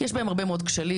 יש בהם הרבה מאוד כשלים.